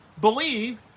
believe